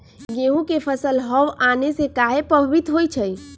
गेंहू के फसल हव आने से काहे पभवित होई छई?